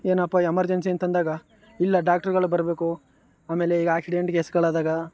ಏನಪ್ಪಾ ಎಮರ್ಜೆನ್ಸಿ ಅಂತಂದಾಗ ಇಲ್ಲ ಡಾಕ್ಟ್ರಗಳು ಬರಬೇಕು ಆಮೇಲೆ ಈ ಆಕ್ಸಿಡೆಂಟ್ ಕೇಸ್ಗಳಾದಾಗ